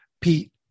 Pete